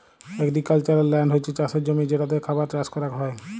agricultural land হছ্যে চাসের জমি যেটাতে খাবার চাস করাক হ্যয়